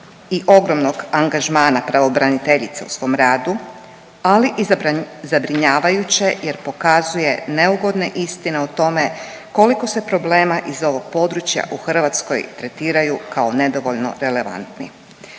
i ogromnog angažmana pravobraniteljice u svom radu, ali i zabrinjavajuće jer pokazuje neugodne istine o tome koliko se problema iz ovog područja u Hrvatskoj tretiraju kao nedovoljno relevantni.